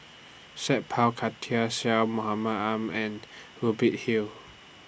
Sat Pal Khattar Syed Mohamed Ahmed and Hubert Hill